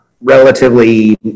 relatively